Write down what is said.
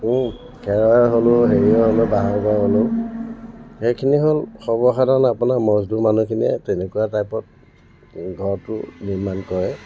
খেৰৰে হ'লেও হেৰিৰে হ'লেও বাঁহৰে হ'লেও সেইখিনি হ'ল সৰ্বসাধাৰণ আপোনাৰ মজদুৰ মানুহখিনিয়ে তেনেকুৱা টাইপত ঘৰটো নিৰ্মাণ কৰে